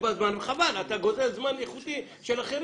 חבל, אתה גוזל זמן איכותי של אחרים.